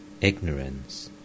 ignorance